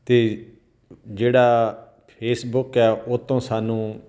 ਅਤੇ ਜਿਹੜਾ ਫੇਸਬੁੱਕ ਹੈ ਉਹ ਤੋਂ ਸਾਨੂੰ